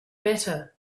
better